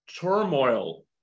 turmoil